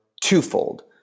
twofold